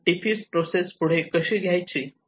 defuse process पुढे कशी घ्यायची